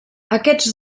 aquests